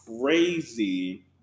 crazy